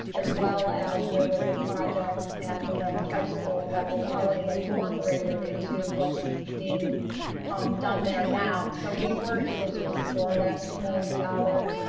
as well as there was a project at deland high school that was already incorporated into what's being um done there now. so we were able to restore that two million dollars